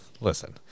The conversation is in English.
listen